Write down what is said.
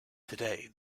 today